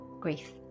grief